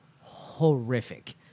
horrific